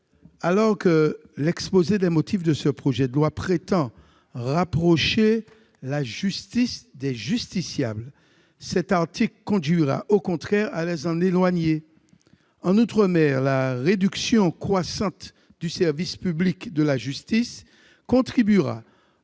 alors que l'exposé des motifs de ce projet de loi prétend rapprocher la justice des justiciables, cet article conduira au contraire à les en éloigner. En outre-mer, la réduction croissante du service public de la justice contribuera,